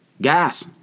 gas